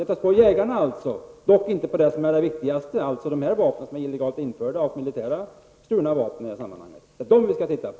Däremot har vi inte givit oss på det som är det viktigaste, nämligen de vapen som är illegalt införda och stulna militära vapen. Det är dem vi skall titta på.